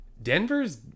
Denver's